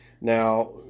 Now